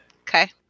Okay